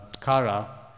Kara